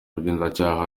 ubugenzacyaha